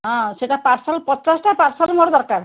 ହଁ ସେଟା ପାର୍ସଲ୍ ପଚାଶଟା ପାର୍ସଲ୍ ମୋର ଦରକାର